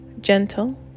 gentle